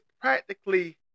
practically